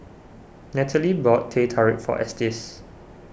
Nataly bought Teh Tarik for Estes